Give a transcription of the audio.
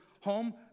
home